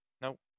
Nope